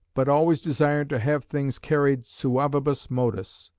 but always desired to have things carried suavibus modis.